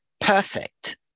perfect